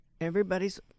Everybody's